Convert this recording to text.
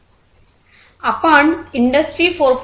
आपण इंडस्ट्री 4